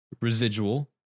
Residual